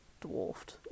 Dwarfed